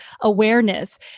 awareness